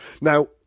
Now